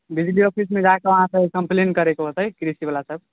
बिजली ऑफ़िसमे जाके अहाँके कम्प्लेन करयके होतै कृषि वला सॅं